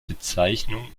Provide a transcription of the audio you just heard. bezeichnung